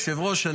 היושב-ראש,